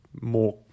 more